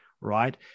right